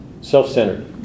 Self-centered